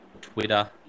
Twitter